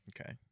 okay